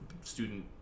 student